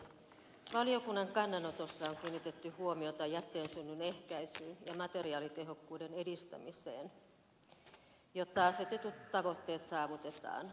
valiokunnan kannanotossa on kiinnitetty huomiota jätteensynnyn ehkäisyyn ja materiaalitehokkuuden edistämiseen jotta asetetut tavoitteet saavutetaan